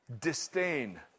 disdain